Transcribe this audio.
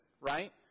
right